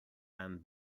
and